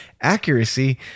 accuracy